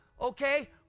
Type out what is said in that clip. okay